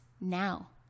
now